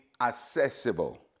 accessible